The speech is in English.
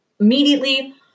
Immediately